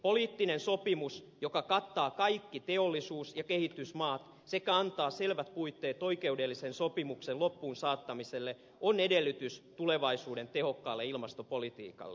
poliittinen sopimus joka kattaa kaikki teollisuus ja kehitysmaat sekä antaa selvät puitteet oikeudellisen sopimuksen loppuun saattamiselle on edellytys tulevaisuuden tehokkaalle ilmastopolitiikalle